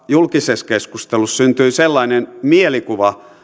julkisessa keskustelussa syntyi sellainen mielikuva